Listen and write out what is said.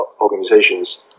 organizations